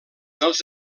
dels